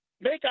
make